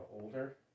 older